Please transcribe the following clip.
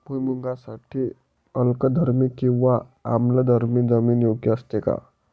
भुईमूगासाठी अल्कधर्मी किंवा आम्लधर्मी जमीन योग्य असते का?